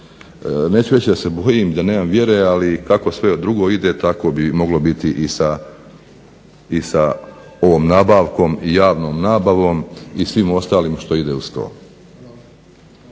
Neću reći da se bojim, da nemam vjere, ali kako sve drugo ide tako bi moglo biti i sa ovom nabavkom, javnom nabavom i svim ostalim što ide uz to.